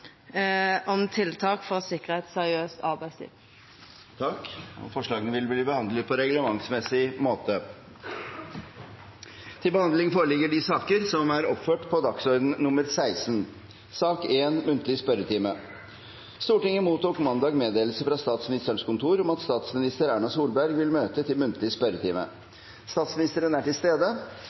om tiltak for å sikra eit ryddig arbeidsliv. Forslagene vil bli behandlet på reglementsmessig måte. Stortinget mottok mandag meddelelse fra Statsministerens kontor om at statsminister Erna Solberg vil møte til muntlig spørretime. Statsministeren er til stede,